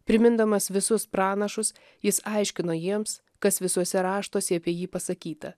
primindamas visus pranašus jis aiškino jiems kas visuose raštuose apie jį pasakyta